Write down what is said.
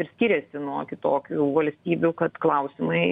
ir skiriasi nuo kitokių valstybių kad klausimai